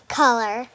color